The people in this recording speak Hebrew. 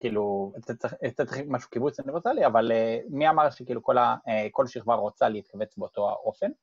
כאילו, אתה צריך משהו, קיבוץ אני רוצה לי, אבל מי אמר לך שכל שכבה רוצה להתכווץ באותו אופן?